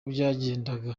byagendaga